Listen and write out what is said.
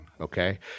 okay